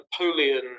Napoleon